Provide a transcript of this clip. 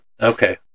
Okay